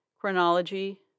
Chronology